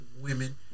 women